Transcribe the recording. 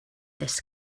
this